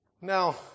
Now